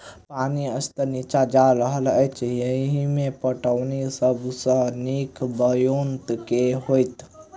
पानि स्तर नीचा जा रहल अछि, एहिमे पटौनीक सब सऽ नीक ब्योंत केँ होइत?